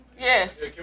Yes